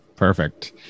Perfect